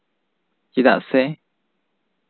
ᱪᱮᱫᱟᱜ ᱥᱮ